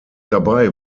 dabei